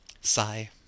Sigh